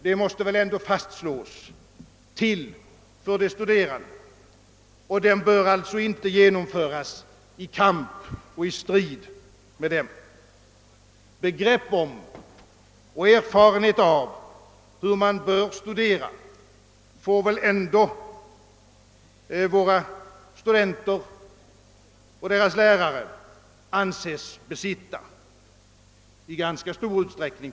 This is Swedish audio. Det måste väl ändå fastslås, att reformen är till för de studerande, och den bör alltså inte genomföras i kamp och strid med dem. Begrepp om och erfarenhet av hur man bör studera får väl våra studenter och deras lärare anses besitta, t.o.m. i stor utsträckning.